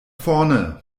vorne